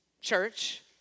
church